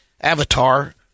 Avatar